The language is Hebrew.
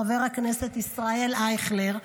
חבר הכנסת ישראל אייכלר,